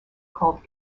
called